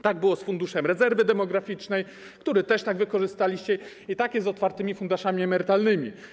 Tak było z Funduszem Rezerwy Demograficznej, który też wykorzystaliście, i tak jest z otwartymi funduszami emerytalnymi.